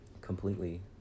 completely